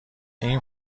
این